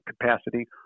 capacity